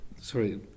Sorry